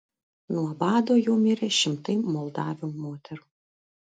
nuo bado jau mirė šimtai moldavių moterų